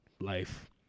life